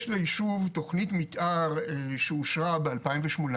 יש לישוב תכנית מתאר שאושרה ב-2018,